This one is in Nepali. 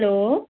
हेलो